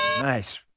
Nice